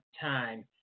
time